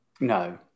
No